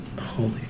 Holy